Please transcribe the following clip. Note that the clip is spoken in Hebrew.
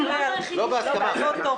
לא בהסכמה.